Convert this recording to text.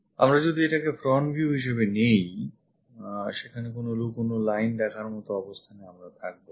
আমরা যদি এটাকে front view হিসেবে নিই সেখানে কোন লুকোনো line দেখার মত অবস্থানে আমরা থাকব না